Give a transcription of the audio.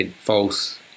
false